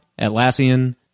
Atlassian